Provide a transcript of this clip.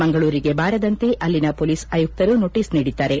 ಮಂಗಳೂರಿಗೆ ಬಾರದಂತೆ ಅಲ್ಲಿನ ಪೊಲೀಸ್ ಆಯುಕ್ತರು ನೋಟಸ್ ನೀಡಿದ್ದಾರೆ